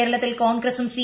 കേരളത്തിൽ കോൺഗ്രസും സി